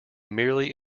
merely